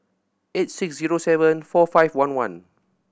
eight six zero seven four five one one